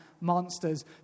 monsters